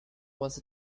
was